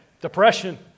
Depression